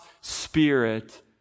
Spirit